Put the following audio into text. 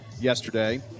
yesterday